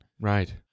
Right